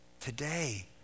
today